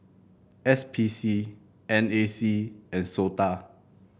S P C N A C and SOTA